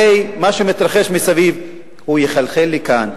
הרי מה שמתרחש מסביב יחלחל לכאן.